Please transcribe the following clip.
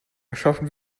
schaffen